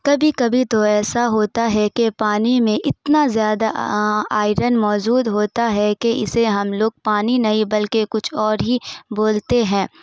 کبھی کبھی تو ایسا ہوتا ہے کہ پانی میں اتنا زیادہ آئرن موجود ہوتا ہے کہ اسے ہم لوگ پانی نہیں بلکہ کچھ اور ہی بولتے ہیں